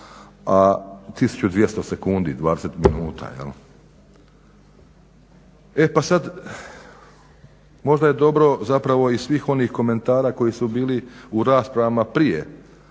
a 1200 sekundi, 20 minuta. E pa sad možda je dobro zapravo iz svih onih komentara koji su bili u raspravama prije,